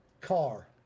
car